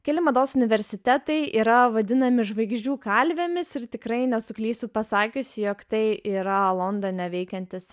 keli mados universitetai yra vadinami žvaigždžių kalvėmis ir tikrai nesuklysiu pasakiusi jog tai yra londone veikiantis